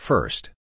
First